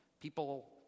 people